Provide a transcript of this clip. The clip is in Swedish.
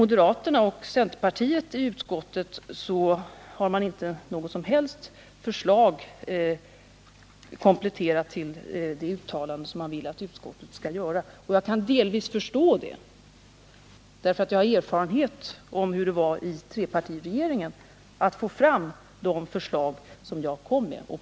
Moderaterna och centerpartisterna i utskottet har däremot inte kommit fram med något som helst förslag för att komplettera de uttalanden som man vill att utskottet skall göra, och jag kan delvis förstå detta. Jag har ju erfarenhet av hur svårt det var att inom trepartiregeringen få förslag genomförda.